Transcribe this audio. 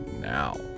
now